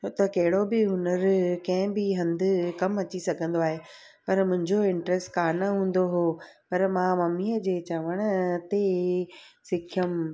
त कहिड़ो बि हुनरु कंहिं बि हंधु कमु अची सघंदो आहे पर मुंहिंजो इंट्रैस्ट कान हूंदो हुओ पर मां ममीअ जे चवण ते सिखियमि